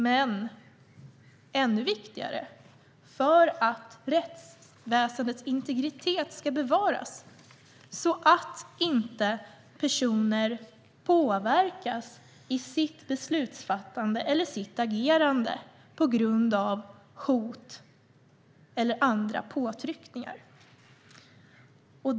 Men det är ännu viktigare för att rättsväsendets integritet ska bevaras, så att personer inte påverkas i sitt beslutsfattande eller agerande av hot eller andra påtryckningar.